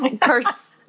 Curse